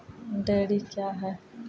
Dairy क्या हैं?